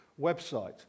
website